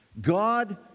God